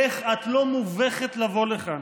איך את לא מובכת לבוא לכאן?